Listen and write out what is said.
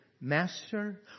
Master